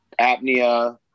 apnea